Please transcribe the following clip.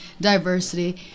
diversity